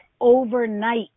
overnight